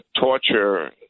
torture